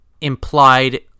implied